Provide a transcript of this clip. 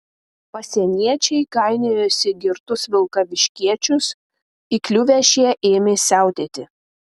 pasieniečiai gainiojosi girtus vilkaviškiečius įkliuvę šie ėmė siautėti